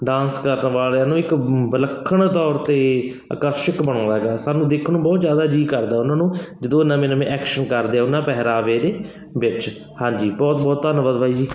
dance ਕਰਨ ਵਾਲਿਆਂ ਨੂੰ ਇੱਕ ਵਿਲੱਖਣ ਤੌਰ 'ਤੇ ਆਕਰਸ਼ਕ ਬਣਾਉਂਦਾ ਹੈਗਾ ਸਾਨੂੰ ਦੇਖਣ ਨੂੰ ਬਹੁਤ ਜ਼ਿਆਦਾ ਜੀਅ ਕਰਦਾ ਉਹਨਾਂ ਨੂੰ ਜਦੋਂ ਨਵੇਂ ਨਵੇਂ ਐਕਸ਼ਨ ਕਰਦੇ ਆ ਉਹਨਾਂ ਪਹਿਰਾਵੇ ਦੇ ਵਿੱਚ ਹਾਂਜੀ ਬਹੁਤ ਬਹੁਤ ਧੰਨਵਾਦ ਬਾਈ ਜੀ